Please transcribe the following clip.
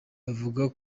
bavuga